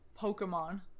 Pokemon